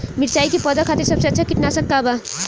मिरचाई के पौधा खातिर सबसे अच्छा कीटनाशक का बा?